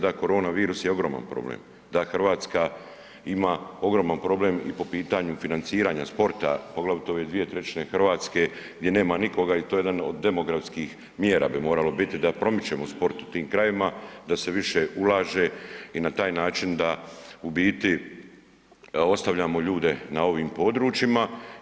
Da, korona virus je ogroman problem, da Hrvatska ima ogroman problem i po pitanju financiranja sporta poglavito ove dvije trećine Hrvatske gdje nema nikoga i to je jedan od demografskih mjera bi moralo biti da promičemo sport u tim krajevima, da se više ulaže i na taj način da u biti ostavljamo ljude na ovim područjima.